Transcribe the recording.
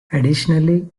additionally